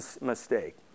mistake